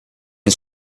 and